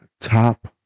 top